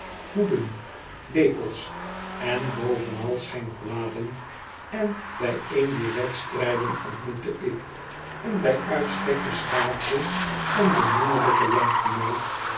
hoeden lepels en bovenal schenkbladen en bij een dier wedstrijden ontmoette ik een bij uitstek beschaafden en bominnelijken landgenoot